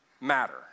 matter